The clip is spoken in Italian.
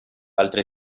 altre